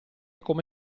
come